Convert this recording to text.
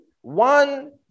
one